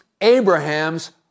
Abraham's